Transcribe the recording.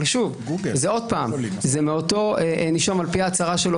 זה מאותו נישום על-פי ההצהרה שלו,